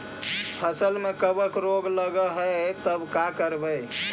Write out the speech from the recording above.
फसल में कबक रोग लगल है तब का करबै